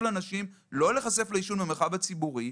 אנשים לא להיחשף לעישון במרחב הציבורי.